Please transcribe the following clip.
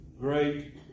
great